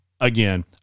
again